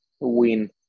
win